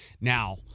now